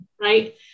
Right